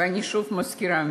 ואני שוב מזכירה,